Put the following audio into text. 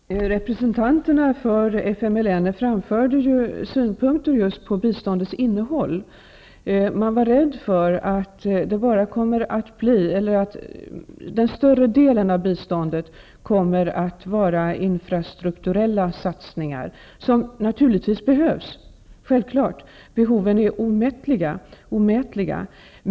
Fru talman! Representanterna för FMLN framförde synpunkter just på bi ståndets innehåll. De var rädda för att den större delen av biståndet kommer att gå till infrastrukturella satsningar, vilka naturligtvis behövs. Behoven är ju omätliga.